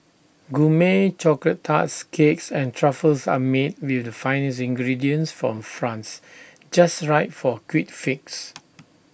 Gourmet Chocolate Tarts Cakes and truffles are made with the finest ingredients from France just right for A quick fix